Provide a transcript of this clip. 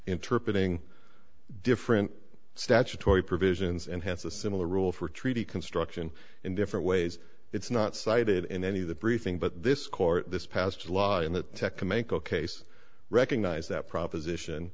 interpreting different statutory provisions and hence a similar rule for treaty construction in different ways it's not cited in any of the briefing but this court this passed a law in the tech can make a case recognize that proposition